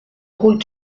rôle